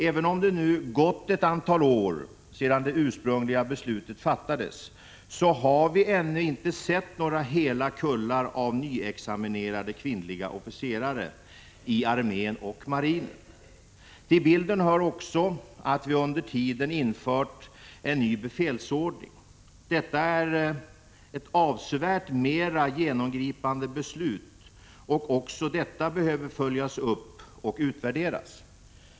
Även om det nu har gått ett antal år sedan det ursprungliga beslutet fattades, har vi ännu inte sett några hela kullar av nyutexaminerade kvinnliga officerare i armén och marinen. Till bilden hör också att vi under tiden har infört en ny befälsordning. Det är ett avsevärt mer genomgripande beslut, och också detta behöver följas upp och utvärderas.